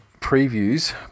previews